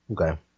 Okay